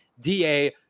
DA